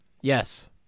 Yes